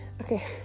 okay